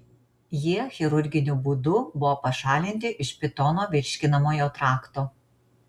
jie chirurginiu būdu buvo pašalinti iš pitono virškinamojo trakto